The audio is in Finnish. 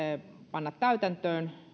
panna täytäntöön